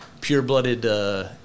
pure-blooded